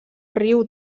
riu